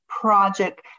Project